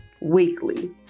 weekly